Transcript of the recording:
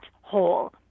hole